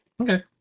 Okay